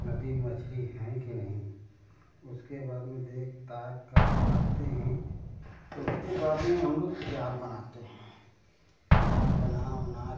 नदी में मछ्ली हैं कि नहीं उसके बाद में देख दाख कर आते हैं तो उसके बाद में हम लोग जाल बनाते हैं जाल बना उना कर